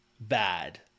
Bad